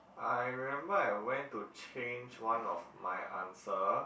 I remember I went to change one of my answer